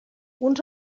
uns